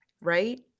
right